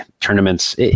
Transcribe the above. tournaments